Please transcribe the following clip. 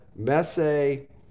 Messi